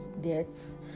deaths